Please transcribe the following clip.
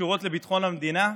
שקשורות לביטחון המדינה,